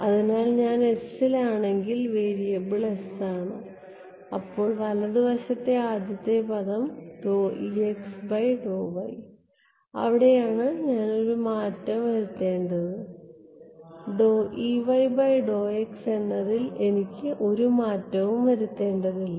അതിനാൽ ഞാൻ s ൽ ആണെങ്കിൽ വേരിയബിൾ s ആണ് അപ്പോൾ വലതുവശത്തെ ആദ്യ പദം അവിടെയാണ് ഞാൻ ഒരു മാറ്റം വരുത്തേണ്ടത് എന്നതിൽ എനിക്ക് ഒരു മാറ്റവും വരുത്തേണ്ടതില്ല